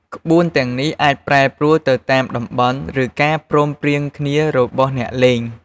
ក្បួនទាំងនេះអាចប្រែប្រួលទៅតាមតំបន់ ឬការព្រមព្រៀងគ្នារបស់អ្នកលេង។